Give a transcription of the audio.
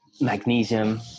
Magnesium